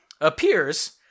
appears